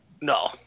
No